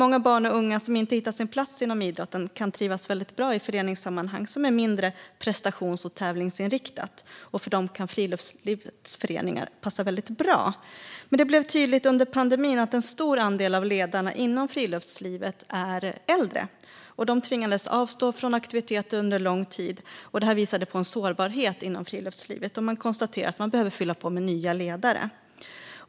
Många barn och unga som inte har hittat sin plats inom idrotten kan trivas bra i ett föreningssammanhang som är mindre prestations och tävlingsinriktat. För dem kan friluftslivets föreningar passa väldigt bra. Det blev dock tydligt under pandemin att en stor andel av ledarna inom friluftslivet är äldre, och de tvingades avstå från aktiviteter under en lång tid. Det visade på en sårbarhet inom friluftslivet, och man konstaterade att man behöver fylla på med nya ledare.